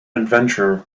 adventurer